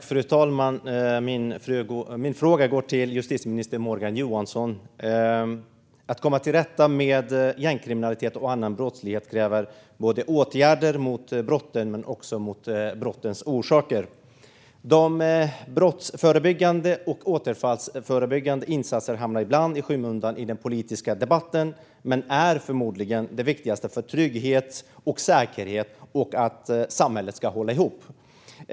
Fru talman! Min fråga går till justitieminister Morgan Johansson. Att komma till rätta med gängkriminalitet och annan brottslighet kräver åtgärder mot brotten men också mot brottens orsaker. De brottsförebyggande och återfallsförebyggande insatserna hamnar ibland i skymundan i den politiska debatten. Men de är förmodligen de viktigaste för trygghet och säkerhet och för att samhället ska hålla ihop.